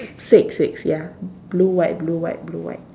six six ya blue white blue white blue white